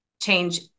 change